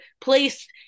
placed